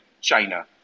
China